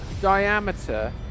diameter